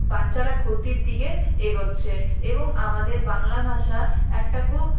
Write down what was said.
বাচ্চারা ক্ষতির দিকে এগোচ্ছে এবং আমাদের বাংলা ভাষা একটা খুব